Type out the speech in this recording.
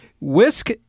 Whisk